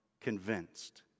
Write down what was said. convinced